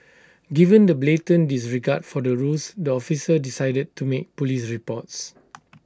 given the blatant disregard for the rules the officer decided to make Police reports